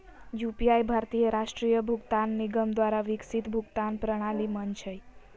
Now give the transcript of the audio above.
UPI भारतीय राष्ट्रीय भुगतान निगम द्वारा विकसित भुगतान प्रणाली मंच हइ